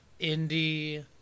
indie